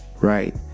right